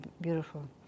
beautiful